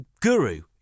guru